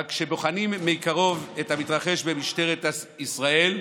אבל כשבוחנים מקרוב את המתרחש במשטרת ישראל,